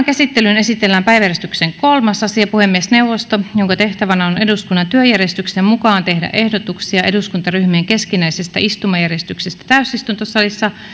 käsittelyyn esitellään päiväjärjestyksen kolmas asia puhemiesneuvosto jonka tehtävänä on eduskunnan työjärjestyksen mukaan tehdä ehdotuksia eduskuntaryhmien keskinäisestä istumajärjestyksestä täysistuntosalissa